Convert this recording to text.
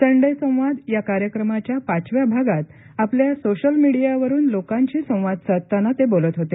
Sunday संवाद या कार्यक्रमाच्या पाचव्या भागात आपल्या सोशल मीडियावरुन लोकांशी संवाद साधताना ते बोलत होते